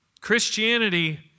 Christianity